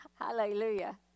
Hallelujah